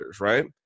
right